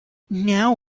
now